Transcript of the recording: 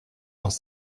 dans